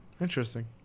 interesting